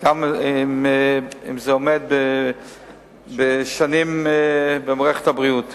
גם אם זה עומד שנים במערכת הבריאות.